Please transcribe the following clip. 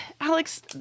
Alex